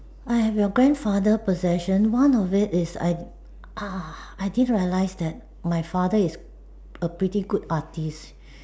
I have your grandfather possession one of it is I ah I didn't realise that my father is a pretty good artist